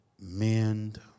mend